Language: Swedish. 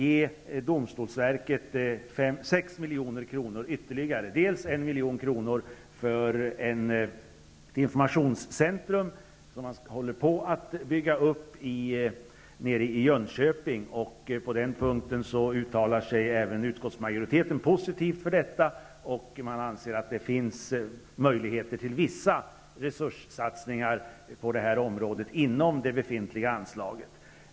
1 milj.kr. skall gå till ett informationscentrum, som man håller på att bygga upp i Jönköping. På den punkten uttalar sig även utskottsmajoriteten positivt, och man anser att det finns möjligheter till vissa resurssatsningar på detta område inom det befintliga anslaget.